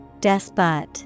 Despot